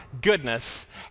goodness